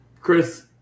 Chris